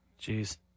Jeez